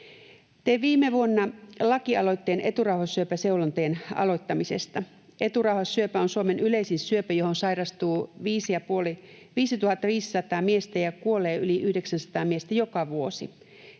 viime vuonna lakialoitteen eturauhassyöpäseulontojen aloittamisesta. Eturauhassyöpä on Suomen yleisin syöpä, johon sairastuu 5 500 miestä ja kuolee yli 900 miestä joka vuosi.